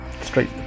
Straight